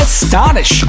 Astonish